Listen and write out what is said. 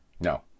No